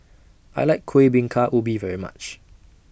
I like Kueh Bingka Ubi very much